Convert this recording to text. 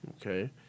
Okay